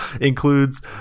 includes